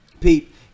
Pete